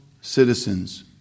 citizens